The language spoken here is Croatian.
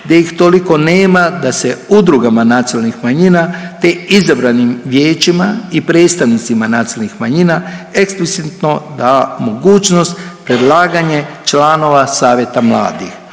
gdje ih toliko nema, da se udrugama nacionalnih manjina te izabranim vijećima i predstavnicima nacionalnih manjina eksplicitno da mogućnost predlaganje članova savjeta mladih.